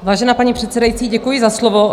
Vážená paní předsedající, děkuji za slovo.